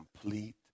complete